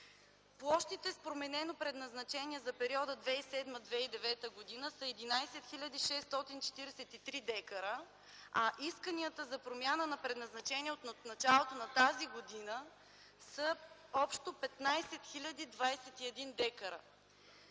Площите с променено предназначение за периода 2007-2009 г. са 11 хил. 643 дка, а исканията за промяна на предназначението от началото на тази година са общо 15 хил. 021 дка.